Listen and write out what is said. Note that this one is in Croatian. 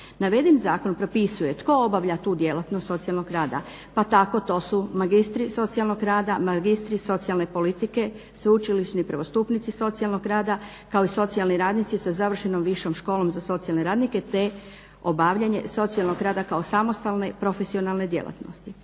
Naveden zakon propisuje tko obavlja tu djelatnost socijalnog rada, pa tako to su magistri socijalnog rada, magistri socijalne politike, sveučilišni prvostupnici socijalnog rada, kao i socijalni radnici sa završenom višom školom za socijalne radnike, te obavljanje socijalnog rada kao samostalne, profesionalne djelatnosti.